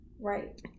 Right